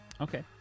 Okay